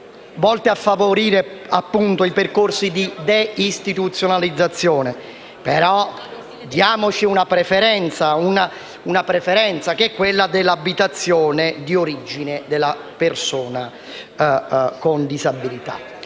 volti a favorire i percorsi di deistituzionalizzazione, ma segnaliamo una preferenza, che è quella dell'abitazione di origine della persona con disabilità.